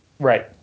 Right